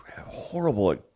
Horrible